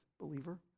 believer